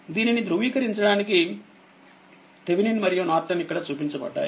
దీనిని ధృవీకరించడానికిథెవెనిన్మరియునార్టన్ఇక్కడ చూపించబడ్డాయి